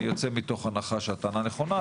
אני יוצא מתוך הנחה שהטענה נכונה,